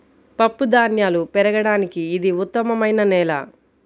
పప్పుధాన్యాలు పెరగడానికి ఇది ఉత్తమమైన నేల